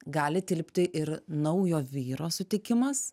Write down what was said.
gali tilpti ir naujo vyro sutikimas